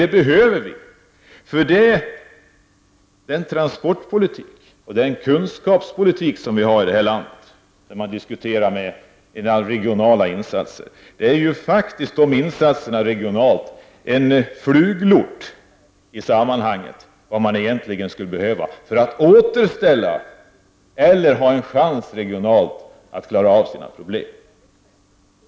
Det behövs, för i den transportpolitik och den kunskapspolitik som förs här ilandet är faktiskt de insatser som görs regionalt en fluglort i sammanhanget, i jämförelse med vad som egentligen skulle behövas för att klara problemen.